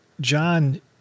John